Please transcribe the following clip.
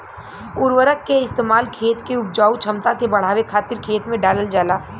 उर्वरक के इस्तेमाल खेत के उपजाऊ क्षमता के बढ़ावे खातिर खेत में डालल जाला